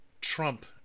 Trump